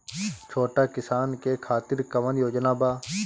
छोटा किसान के खातिर कवन योजना बा?